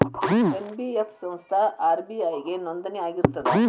NBF ಸಂಸ್ಥಾ RBI ಗೆ ನೋಂದಣಿ ಆಗಿರ್ತದಾ?